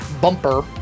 bumper